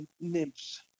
nymphs